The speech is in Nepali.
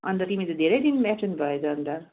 अन्त त तिमी त धेरै दिन एब्सेन्ट भयौ त अन्त